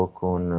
con